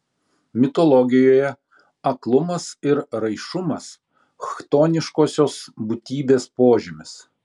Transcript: mitologijoje aklumas ir raišumas chtoniškosios būtybės požymis